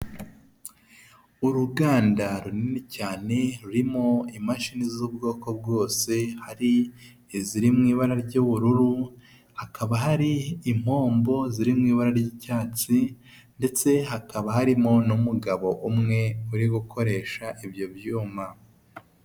Uruganda runini cyane rurimo imashini z'ubwoko bwose hari iziri mu ibara ry'ubururu, hakaba hari impombo ziri mu ibara ry'icyatsi ndetse hakaba harimo n'umugabo umwe uri gukoresha ibyo byuma.